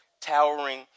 towering